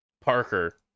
Parker